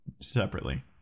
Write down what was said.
separately